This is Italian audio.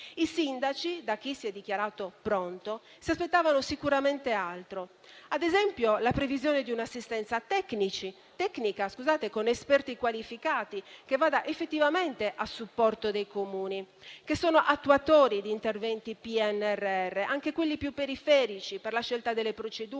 I sindaci, da chi si è dichiarato pronto, si aspettavano sicuramente altro, ad esempio la previsione di un'assistenza tecnica con esperti qualificati che vada effettivamente a supporto dei Comuni, che sono attuatori di interventi del PNRR, anche quelli più periferici, per la scelta delle procedure,